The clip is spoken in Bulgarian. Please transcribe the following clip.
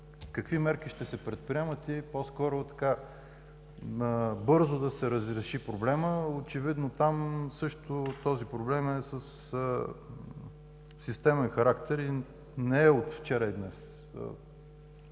какви мерки ще се предприемат по-скоро, бързо да се разреши проблемът? Очевидно е, че там този проблем е със системен характер и не е от вчера и днес,